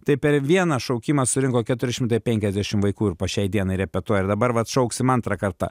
tai per vieną šaukimą surinko keturi šimtai penkiasdešim vaikų ir po šiai dienai repetuoja ir dabar vat šauksim antrą kartą